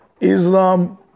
Islam